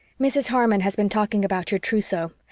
mrs. harmon has been talking about your trousseau.